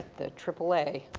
the triple a,